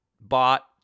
bought